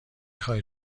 خواهید